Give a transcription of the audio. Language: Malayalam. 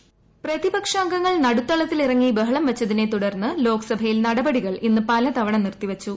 വോയ്സ് പ്രതിപക്ഷാംഗങ്ങൾ നടുത്തളത്തിലിറങ്ങി ബഹളം വച്ചതിനെ തുടർന്ന് ലോക്സഭയിൽ നടപടികൾ ഇന്ന് പലതവണ നിർത്തിവച്ചു